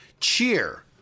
cheer